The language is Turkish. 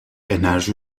enerji